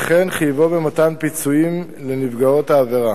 וכן חייבו במתן פיצויים לנפגעות העבירה.